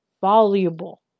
Voluble